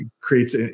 creates